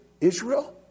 israel